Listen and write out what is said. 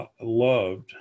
loved